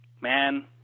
Man